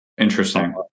Interesting